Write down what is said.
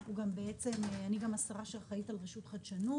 אני גם אחראית על רשות החדשנות.